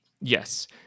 Yes